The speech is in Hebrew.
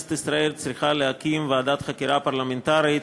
כנסת ישראל צריכה להקים ועדת חקירה פרלמנטרית